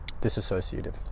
disassociative